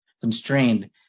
constrained